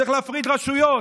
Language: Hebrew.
צריך להפריד רשויות.